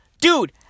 Dude